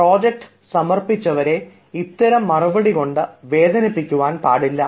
എന്നാൽ പ്രോജക്ട് സമർപ്പിച്ചവരെ ഇത്തരം മറുപടികൊണ്ട് വേദനിപ്പിക്കാൻ പാടില്ല